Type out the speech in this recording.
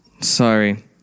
sorry